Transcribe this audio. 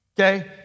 Okay